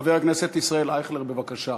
חבר הכנסת ישראל אייכלר, בבקשה.